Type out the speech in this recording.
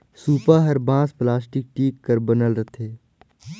सूपा हर बांस, पलास्टिक, टीग कर बनल रहथे